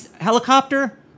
helicopter